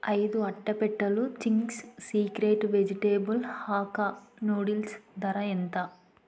ఐదు అట్టపెట్టలు Ching's secret vegetable Hakka noodles ధర ఎంత